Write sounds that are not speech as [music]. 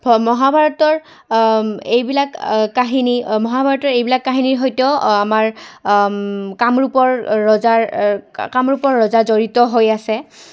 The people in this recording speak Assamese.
[unintelligible] মহাভাৰতৰ এইবিলাক কাহিনী মহাভাৰতৰ এইবিলাক কাহিনীৰ সৈতেও আমাৰ কামৰূপৰ ৰজাৰ কামৰূপৰ ৰজা জড়িত হৈ আছে